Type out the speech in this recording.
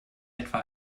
etwa